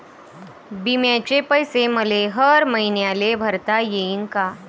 बिम्याचे पैसे मले हर मईन्याले भरता येईन का?